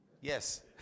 Yes